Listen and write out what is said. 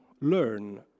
learn